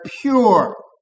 pure